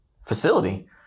facility